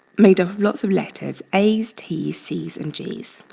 made of lots of letters as, ts, cs and gs.